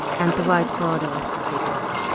and the white border of the stickers.